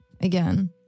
again